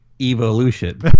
evolution